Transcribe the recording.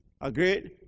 Agreed